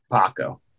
Paco